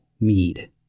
mead